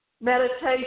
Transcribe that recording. Meditation